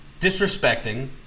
disrespecting